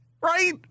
Right